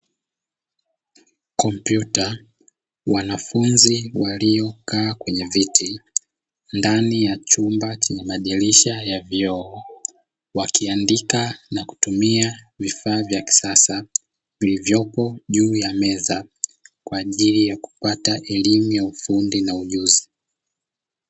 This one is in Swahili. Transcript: Kompyuta, wanafunzi waliokaa kwenye viti ndani ya chumba chenye madirisha ya vioo; wakiandika na kutumia vifaa vya kisasa vilivyopo juu ya meza, kwa ajili ya kupata elimu ya ufundi na ujuzi.